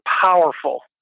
powerful